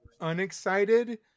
unexcited